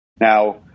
Now